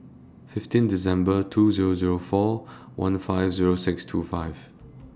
fifteen December two Zero Zero four one five Zero six two five